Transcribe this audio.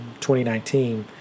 2019